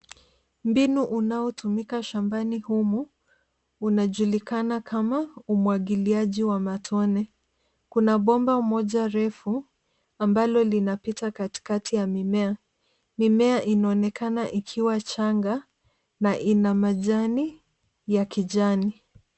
Mbinu unaotumika shambani humu unajulikana kama umwagiliaji wa matone. Kuna bomba moja refu ambalo linapita katikati ya mimea. Mimea inaonekana ikiwa changa na ina majani ya kijani.